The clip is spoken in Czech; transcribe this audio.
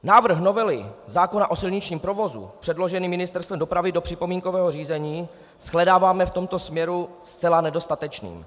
Návrh novely zákona o silničním provozu předložený Ministerstvem dopravy do připomínkového řízení shledáváme v tomto směru zcela nedostatečný.